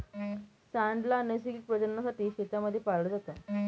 सांड ला नैसर्गिक प्रजननासाठी शेतांमध्ये पाळलं जात